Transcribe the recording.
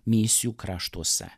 misijų kraštuose